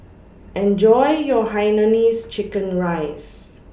Enjoy your Hainanese Chicken Rice